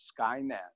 Skynet